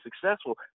successful